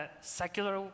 secular